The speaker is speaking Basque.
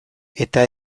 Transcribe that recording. eta